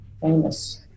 Famous